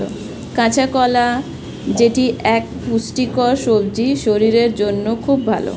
কাঁচা কলা যেটি এক পুষ্টিকর সবজি শরীরের জন্য খুব ভালো